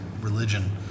religion